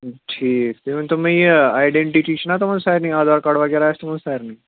ٹھیٖک تُہۍ ؤنۍ تو مےٚ یہِ آیڈنٹٹی چھِنہ تِمَن سارنے آدار کارڈ وغیرہ آسہِ تِمن سارنٕے